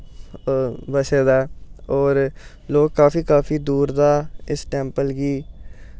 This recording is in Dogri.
बसे दा होर लोक काफी काफी दूर दा इस टैंपल गी